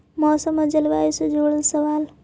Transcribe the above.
मौसम और जलवायु से जुड़ल सवाल?